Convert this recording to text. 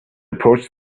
approached